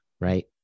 right